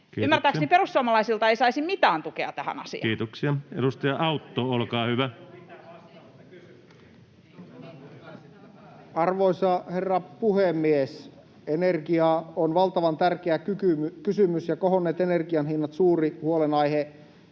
Ymmärtääkseni perussuomalaisilta ei saisi mitään tukea tähän asiaan. Kiitoksia. — Edustaja Autto, olkaa hyvä. Arvoisa herra puhemies! Energia on valtavan tärkeä kysymys ja kohonneet energian hinnat suuri huolenaihe